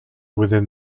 within